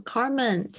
Carmen